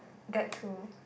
that too